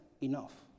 enough